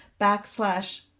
backslash